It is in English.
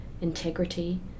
integrity